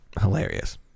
Hilarious